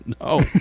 No